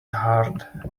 hard